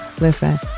listen